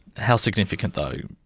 how significant though? yeah